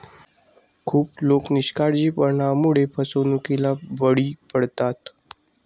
खूप लोक निष्काळजीपणामुळे फसवणुकीला बळी पडतात